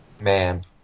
man